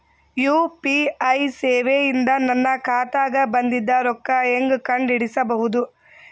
UPI ಸೇವೆ ಇಂದ ನನ್ನ ಖಾತಾಗ ಬಂದಿದ್ದ ರೊಕ್ಕ ಹೆಂಗ್ ಕಂಡ ಹಿಡಿಸಬಹುದು?